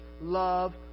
love